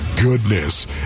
goodness